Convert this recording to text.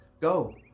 Go